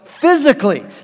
Physically